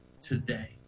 today